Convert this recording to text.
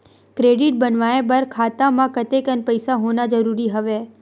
Credit बनवाय बर खाता म कतेकन पईसा होना जरूरी हवय?